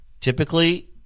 typically –